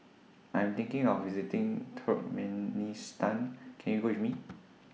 I'm thinking of visiting Turkmenistan Can YOU Go with Me